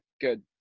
good